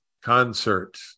concert